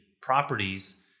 properties